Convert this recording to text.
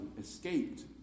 escaped